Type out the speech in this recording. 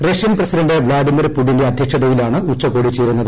Russian president Vladimir പുടിന്റെ അദ്ധ്യക്ഷതയിലാണ് ഉച്ചകോടി ചേരുന്നത്